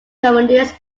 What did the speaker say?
comedies